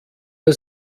der